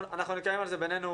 אנחנו נקיים על זה שיח בינינו,